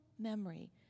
memory